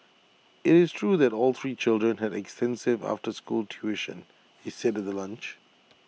IT is true that all three children had extensive after school tuition he said at the lunch